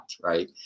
Right